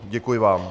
Děkuji vám.